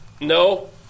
no